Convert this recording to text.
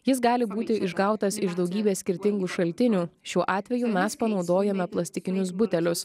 jis gali būti išgautas iš daugybės skirtingų šaltinių šiuo atveju mes panaudojome plastikinius butelius